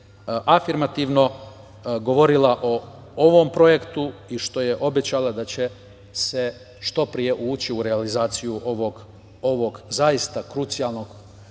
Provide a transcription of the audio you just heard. afirmativno govorila o ovom projektu i što je obećala da će se što pre ući u realizaciju ovog zaista krucijalnog